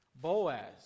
Boaz